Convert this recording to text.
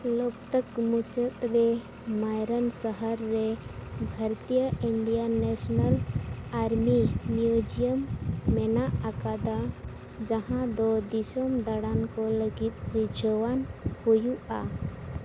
ᱞᱳᱠᱛᱟᱠ ᱢᱩᱪᱟᱹᱫᱽᱨᱮ ᱢᱟᱭᱨᱚᱱ ᱥᱟᱦᱟᱨ ᱨᱮ ᱵᱷᱟᱨᱚᱛᱤᱭᱚ ᱤᱱᱰᱤᱭᱟᱱ ᱱᱮᱥᱱᱟᱞ ᱟᱨᱢᱤ ᱢᱤᱭᱩᱡᱤᱭᱟᱢ ᱢᱮᱱᱟᱜ ᱟᱠᱟᱫᱟ ᱡᱟᱦᱟᱸᱫᱚ ᱫᱤᱥᱚᱢ ᱫᱟᱬᱟᱱᱠᱚ ᱞᱟᱹᱜᱤᱫ ᱨᱤᱡᱷᱟᱹᱣᱟᱱ ᱦᱩᱭᱩᱜᱼᱟ